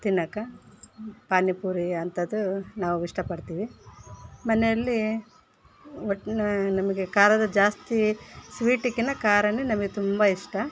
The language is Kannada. ತಿನ್ನೋಕ್ಕೆ ಪಾನಿ ಪೂರಿ ಅಂಥದ್ದು ನಾವು ಇಷ್ಟಪಡ್ತೀವಿ ಮನೆಲಿ ಒಟ್ಟು ನಾ ನಮಗೆ ಖಾರದ ಜಾಸ್ತಿ ಸ್ವೀಟಿಕಿಂತ ಖಾರವೆ ನಮಗೆ ತುಂಬ ಇಷ್ಟ